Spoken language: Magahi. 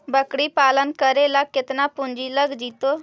बकरी पालन करे ल केतना पुंजी लग जितै?